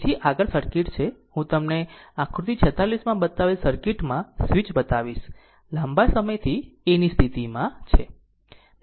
તેથી આગળ સર્કિટ છે હું તમને આકૃતિ 46 માં બતાવેલ સર્કિટ માં સ્વીચ બતાવીશ લાંબા સમયથી A ની સ્થિતિમાં છે